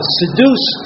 seduce